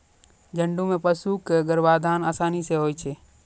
झुंड म पशु क गर्भाधान आसानी सें होय छै